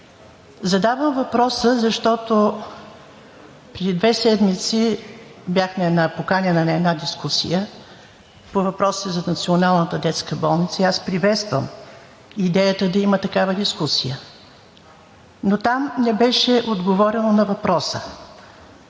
Задавам въпроса, защото преди две седмици бях поканена на една дискусия по въпросите за Националната детска болница и приветствам идеята да има такава дискусия. Там не беше отговорено на въпроса: